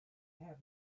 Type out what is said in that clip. have